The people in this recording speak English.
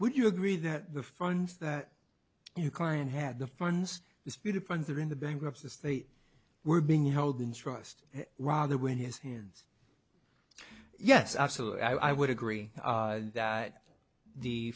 would you agree that the funds that you client had the funds disputed funds were in the bankruptcy as they were being held in trust rather when his hands yes absolutely i would agree that the